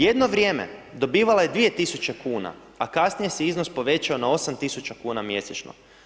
Jedno vrijeme, dobivala je 2.000 kuna, a kasnije se iznos povećao na 8.000 kuna mjesečno.